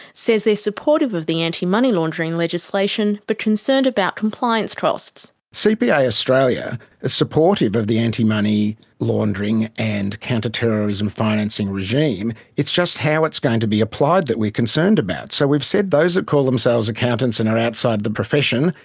says they're supportive of the anti-money laundering legislation, but concerned about compliance costs. cpa australia is supportive of the anti-money laundering and counter-terrorism financing regime, it's just how it's going to be applied that we're concerned about. so we've said those that call themselves accountants and are outside the profession,